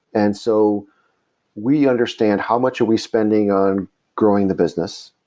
and so we understand how much are we spending on growing the business,